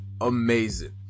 amazing